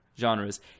genres